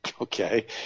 Okay